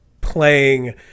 playing